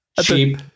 cheap